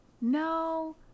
No